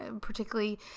particularly